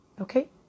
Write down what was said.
Okay